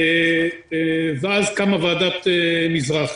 ואז קמה ועדת מזרחי.